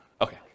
Okay